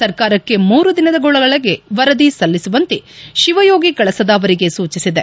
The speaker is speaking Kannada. ಸರ್ಕಾರಕ್ಷೆ ಮೂರು ದಿನಗಳೊಳಗೆ ವರದಿ ಸಲ್ಲಿಸುವಂತೆ ತಿವಯೋಗಿ ಕಳಸದ ಅವರಿಗೆ ಸೂಚಿಸಿದೆ